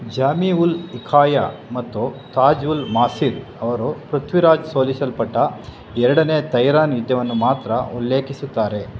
ಜಾಮಿ ಉಲ್ ಇಕಾಯಾ ಮತ್ತು ತಾಜ್ ಉಲ್ ಮಾಸಿರ್ ಅವರು ಪೃಥ್ವಿರಾಜ್ ಸೋಲಿಸಲ್ಪಟ್ಟ ಎರಡನೇ ತೈರಾನ್ ಯುದ್ಧವನ್ನು ಮಾತ್ರ ಉಲ್ಲೇಖಿಸುತ್ತಾರೆ